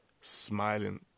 smiling